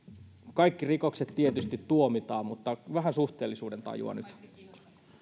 kaikki rikokset tietysti tuomitaan mutta vähän suhteellisuudentajua nyt